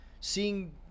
seeing